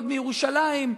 עוד מירושלים,